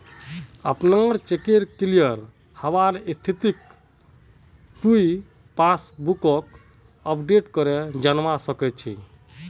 अपनार चेकेर क्लियर हबार स्थितिक तुइ पासबुकक अपडेट करे जानवा सक छी